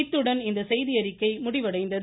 இத்துடன் இந்த செய்தியறிக்கை முடிவடைந்தது